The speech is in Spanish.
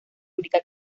publica